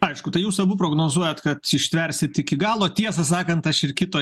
aišku tai jūs abu prognozuojat kad ištversit iki galo tiesą sakant aš ir kito